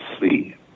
see